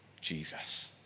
Jesus